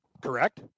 Correct